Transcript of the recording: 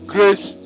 Grace